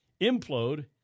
implode